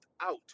out